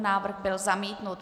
Návrh byl zamítnut.